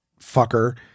fucker